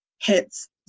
hits